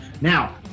Now